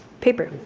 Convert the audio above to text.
paper!